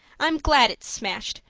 i'm glad it's smashed,